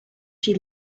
she